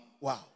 Wow